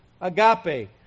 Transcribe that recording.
agape